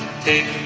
take